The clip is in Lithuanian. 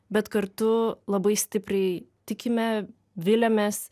bet kartu labai stipriai tikime viliamės